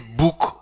book